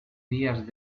días